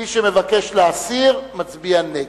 מי שמבקש להסיר, מצביע נגד.